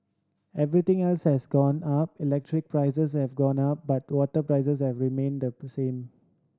everything else has gone up electricity prices have gone up but the water prices have remained the per same